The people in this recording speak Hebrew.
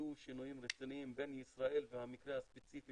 יהיו שינויים רציניים בין ישראל והמקרה הספציפי